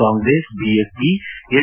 Congress BSc S